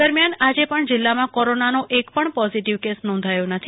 દરમ્યાન આજે પણ જીલ્લામાં કોરોનાનો એક પણ પોઝીટીવ કેસ નોંધાયો નથી